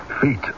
feet